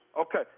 Okay